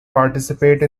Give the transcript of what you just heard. participate